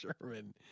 Sherman